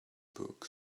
book